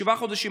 שבעה חודשים,